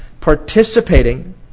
participating